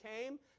came